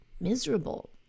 miserable